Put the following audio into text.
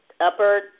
upper